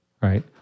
right